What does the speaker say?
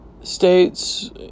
states